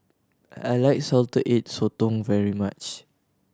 I like Salted Egg Sotong very much